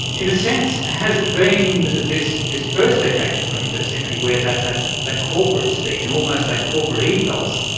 in a sense, has it been and this this first decade of the twenty first century where that that corporate-speak and almost that corporate ethos,